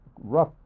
rough